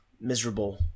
miserable